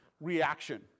reaction